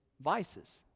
vices